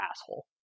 asshole